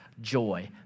joy